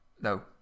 no